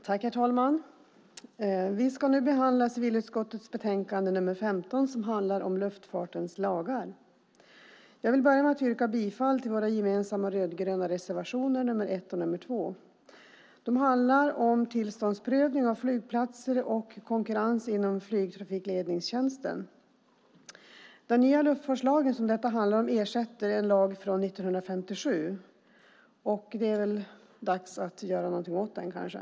Herr talman! Vi ska nu behandla civilutskottets betänkande nr 15, som handlar om luftfartens lagar. Jag börjar med att yrka bifall till våra gemensamma rödgröna reservationer nr 1 och nr 2. De handlar om tillståndsprövning av flygplatser och konkurrens inom flygtrafikledningstjänsten. Den nya luftfartslagen, som detta handlar om, ersätter en lag från 1957. Det är väl dags att göra någonting åt den, kanske.